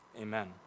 Amen